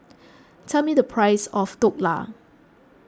tell me the price of Dhokla